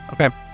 Okay